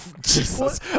Jesus